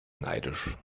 neidisch